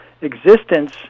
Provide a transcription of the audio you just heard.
existence